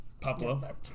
Pablo